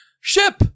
Ship